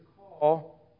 call